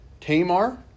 Tamar